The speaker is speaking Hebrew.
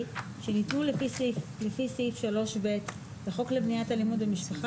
שניתנו לפי סעיף 3ב לחוק למניעת אלימות במשפחה,